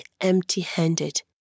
empty-handed